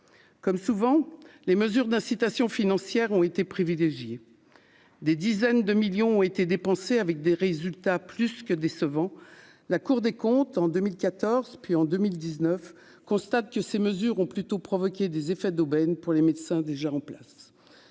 comme souvent, les mesures d'incitation financière ont été privilégiés, des dizaines de millions ont été dépensés avec des résultats plus que décevants, la Cour des comptes en 2014 puis en 2019 constate que ces mesures ont plutôt provoqué des effets d'aubaine pour les médecins, déjà en place